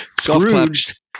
Scrooged